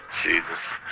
Jesus